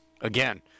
Again